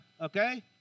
okay